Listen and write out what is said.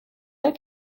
être